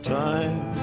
time